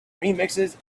remixes